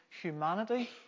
humanity